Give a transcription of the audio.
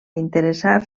interessar